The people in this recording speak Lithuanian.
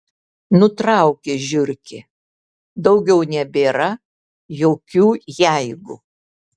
nutraukė žiurkė daugiau nebėra jokių jeigu